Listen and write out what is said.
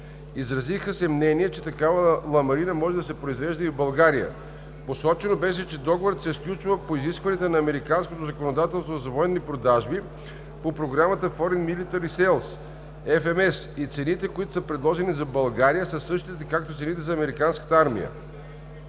Изразиха се мнения, че такава ламарина може да се произвежда и в България. Посочено беше, че договорът се сключва по изискванията на американското законодателство за военни продажби по Програмата Foreign Military Sales (FMS) и цените, които са предложени за България, са същите както цените за американската армия.